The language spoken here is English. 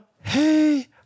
hey